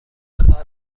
سال